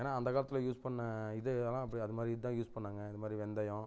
ஏன்னால் அந்தக் காலத்தில் யூஸ் பண்ண இது எல்லாம் அப்படி அது மாதிரி இதுதான் யூஸ் பண்ணிணாங்க இது மாதிரி வெந்தயம்